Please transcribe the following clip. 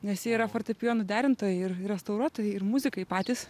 nes jie yra fortepijonų derintojai ir restauruotojai ir muzikai patys